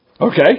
Okay